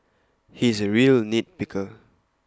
he is A real nit picker